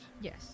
Yes